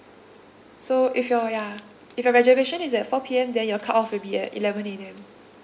so if your ya if your reservation is at four P_M then your cut off will be at eleven A_M